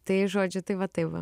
tai žodžiu tai va tai va